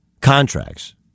contracts